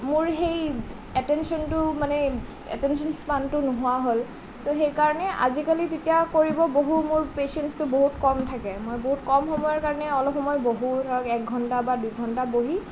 মোৰ সেই এটেনশ্বনটো মানে এটেনশ্বন স্পানটো নোহোৱা হ'ল তো সেইকাৰণে আজিকালি যেতিয়া কৰিবলৈ বহোঁ মোৰ পেশ্বেন্চটো বহুত কম থাকে মই বহুত কম সময়ৰ কাৰণে অলপ সময় বহোঁ ধৰক এঘণ্টা বা দুই ঘণ্টা বহি